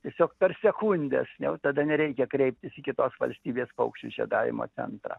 tiesiog per sekundę nes jau tada nereikia kreiptis į kitos valstybės paukščių žiedavimo centrą